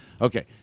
Okay